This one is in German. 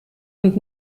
und